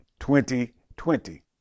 2020